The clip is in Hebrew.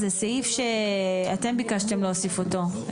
זה סעיף שאתם ביקשתם להוסיף אותו.